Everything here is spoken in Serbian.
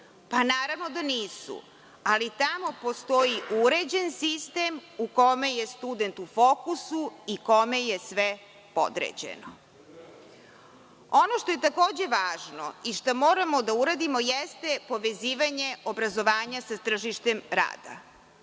Pa, naravno da nisu, ali tamo postoji uređen sistem u kome je student u fokusu i kome je sve podređeno. Ono što je takođe važno i šta moramo da uradimo jeste povezivanje obrazovanja sa tržištem rada.